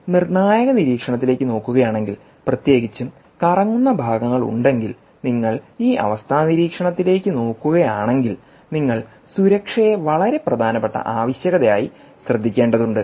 നിങ്ങൾ നിർണ്ണായക നിരീക്ഷണത്തിലേക്ക് നോക്കുകയാണെങ്കിൽ പ്രത്യേകിച്ചും കറങ്ങുന്ന ഭാഗങ്ങളുണ്ടെങ്കിൽനിങ്ങൾ ഈ അവസ്ഥ നിരീക്ഷണത്തിലേക്ക് നോക്കുകയാണെങ്കിൽ നിങ്ങൾ സുരക്ഷയെ വളരെ പ്രധാനപ്പെട്ട ആവശ്യകതയായി ശ്രദ്ധിക്കേണ്ടതുണ്ട്